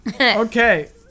Okay